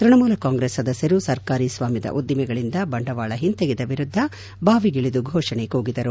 ತೈಣಮೂಲ ಕಾಂಗ್ರೆಸ್ ಸದಸ್ದರು ಸರ್ಕಾರಿ ಸ್ವಾಮ್ಖದ ಉದ್ದಿಮೆಗಳಿಂದ ಬಂಡವಾಳ ಹಿಂತೆಗೆತ ವಿರುದ್ದ ಬಾವಿಗಿಳಿದು ಘೋಷಣೆ ಕೂಗಿದರು